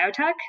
biotech